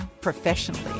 professionally